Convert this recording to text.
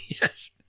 Yes